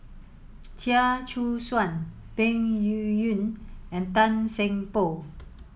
Chia Choo Suan Peng Yuyun and Tan Seng Poh